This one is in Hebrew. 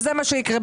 וזה מה שייקרה.